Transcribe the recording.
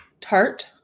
tart